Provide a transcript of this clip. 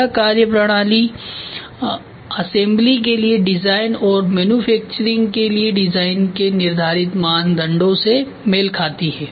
यह कार्यप्रणाली असेंबली के लिए डिजाइन और मैन्युफैक्चरिंग के लिए डिज़ाइन के निर्धारित मानदंडों से मेल खाती है